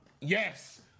Yes